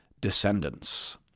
descendants